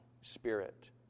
Spirit